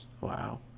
Wow